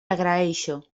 agraeixo